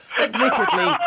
Admittedly